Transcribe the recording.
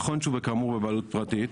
נכון שהוא כאמור בבעלות פרטית,